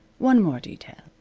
one more detail.